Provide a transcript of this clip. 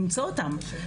למצוא אותם,